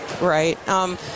Right